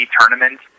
tournament